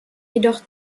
jedoch